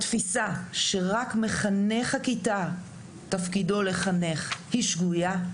התפיסה שרק מחנך הכיתה תפקידו לחנך היא שגויה.